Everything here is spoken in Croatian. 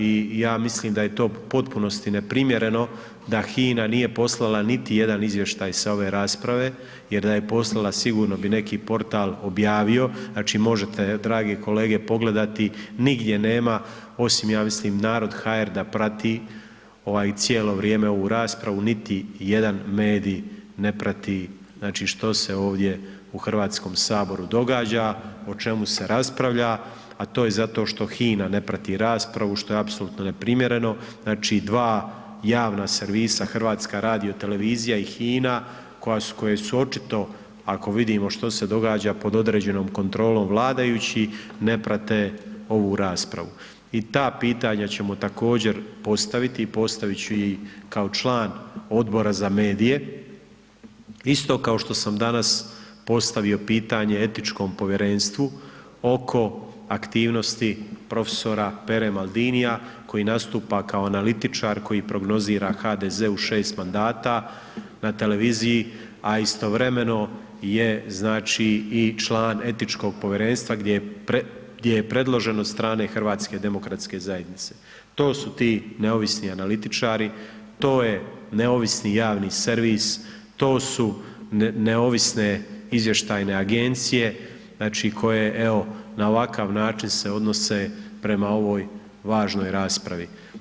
I ja mislim da je to u potpunosti neprimjereno da HINA nije poslala niti jedan izvještaj sa ove rasprave, jer da je poslala sigurno bi neki portal objavio, znači, možete drage kolege pogledati nigdje nema osim, ja mislim, narod.hr da prati cijelo vrijeme ovu raspravu, niti jedan medij ne prati, znači, što se ovdje u HS događa, o čemu se raspravlja, a to je zato što HINA ne prati raspravu, što je apsolutno neprimjereno, znači, dva javna servisa HRT i HINA koje su očito ako vidimo što se događa, pod određenom kontrolom vladajućih, ne prate ovu raspravu i ta pitanja ćemo također postaviti i postavit ću ih kao član Odbora za medije isto kao što sam danas postavio pitanje etičkom povjerenstvu oko aktivnosti prof. Pere Maldinija koji nastupa kao analitičar koji prognozira HDZ u 6 mandata na televiziji, a istovremeno je, znači, i član etičkog povjerenstva gdje je predložen od strane HDZ-a, to su ti neovisni analitičari, to je neovisni javni servis, to su neovisne izvještajne agencije, znači, koji evo na ovakav način se odnose prema ovoj važnoj raspravi.